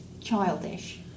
childish